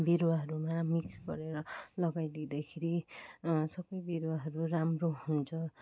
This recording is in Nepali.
बिरुवाहरू मिक्स गरेर लगाई दिँदाखेरि सबै बिरुवाहरू राम्रो हुन्छ